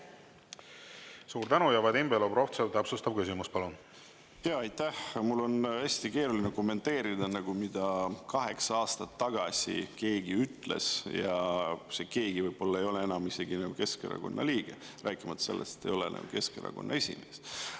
Suur tänu! Vadim Belobrovtsev, täpsustav küsimus, palun! Aitäh! Mul on hästi keeruline kommenteerida, mida kaheksa aastat tagasi keegi ütles. Ja see keegi võib-olla ei ole enam isegi Keskerakonna liige, rääkimata sellest, et ta ei ole enam Keskerakonna esimees.